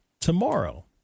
tomorrow